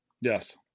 Yes